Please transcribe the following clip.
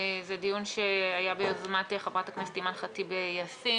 דיון שהיה ביוזמת חברת הכנסת אימאן ח'טיב יאסין,